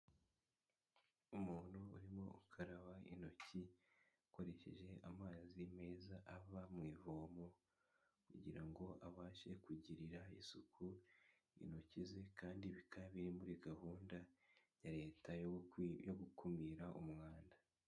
Umuntu urimo ukaraba intoki akoresheje amazi meza ava mu ivomo kugira ngo abashe kugirira isuku intoki ze, kandi bikaba biri muri gahunda ya leta yo gukumira umwanda.